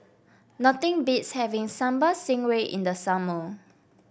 nothing beats having Sambal Stingray in the summer